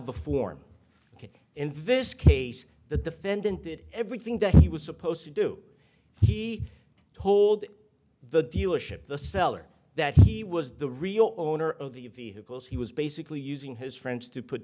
invests case the defendant did everything that he was supposed to do he told the dealership the seller that he was the real owner of the vehicles he was basically using his friends to put